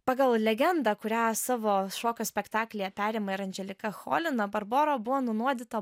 pagal legendą kurią savo šokio spektaklyje perima ir andželika cholina barbora buvo nunuodyta